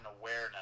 awareness